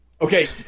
Okay